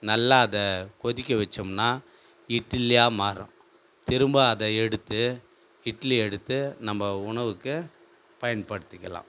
நல்லா அதை கொதிக்க வச்சோம்னா இட்லியாக மாறும் திரும்ப அதை எடுத்து இட்லி எடுத்து நம்ம உணவுக்கு பயன்படுத்திக்கலாம்